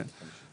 כן.